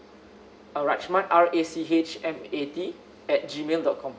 uh rachmat R A C H M A T at G mail dot com